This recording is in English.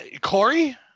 Corey